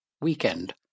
weekend